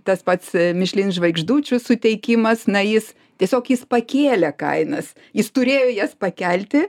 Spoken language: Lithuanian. tas pats mišlin žvaigždučių suteikimas na jis tiesiog jis pakėlė kainas jis turėjo jas pakelti